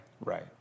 Right